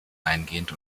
eingehend